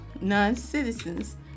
non-citizens